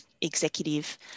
executive